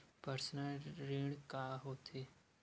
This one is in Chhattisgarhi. पर्सनल ऋण का होथे?